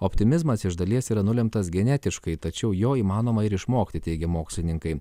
optimizmas iš dalies yra nulemtas genetiškai tačiau jo įmanoma ir išmokti teigia mokslininkai